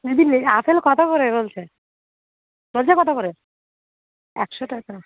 দিদি আপেল কত করে চলছে চলছে কত করে একশো টাকা